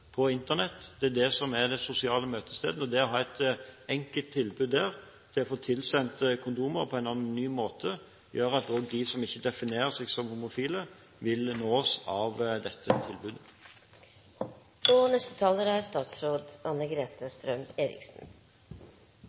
på Internett. Det er det som er det sosiale møtestedet. Å ha et enkelt tilbud der om å bli tilsendt kondomer på en anonym måte, gjør at også de som ikke definerer seg som homofile, vil nås av dette tilbudet.